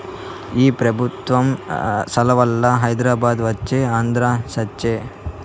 ఈ పెబుత్వం సలవవల్ల హైదరాబాదు వచ్చే ఆంధ్ర సచ్చె